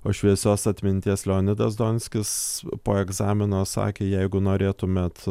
o šviesios atminties leonidas donskis po egzamino sakė jeigu norėtumėt